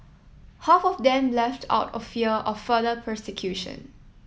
half of them left out of fear of further persecution